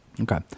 Okay